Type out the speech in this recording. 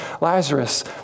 Lazarus